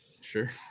Sure